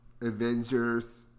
Avengers